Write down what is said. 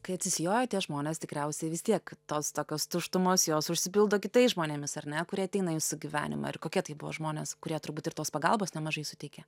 kai atsisijoja tie žmonės tikriausiai vis tiek tos tokios tuštumos jos užsipildo kitais žmonėmis ar ne kurie ateina į jūsų gyvenimą ir kokie tai buvo žmonės kurie turbūt ir tos pagalbos nemažai suteikė